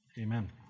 Amen